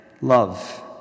love